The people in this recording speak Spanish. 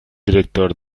director